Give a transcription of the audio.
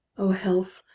o health,